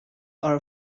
are